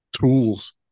tools